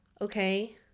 okay